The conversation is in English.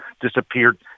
disappeared